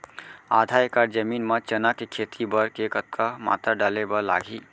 आधा एकड़ जमीन मा चना के खेती बर के कतका मात्रा डाले बर लागही?